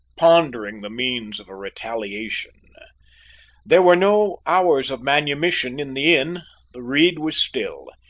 pondering the means of a retaliation there were no hours of manumission in the inn the reed was still.